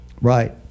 Right